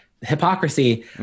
hypocrisy